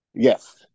Yes